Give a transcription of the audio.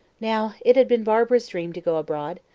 now, it had been barbara's dream to go abroad,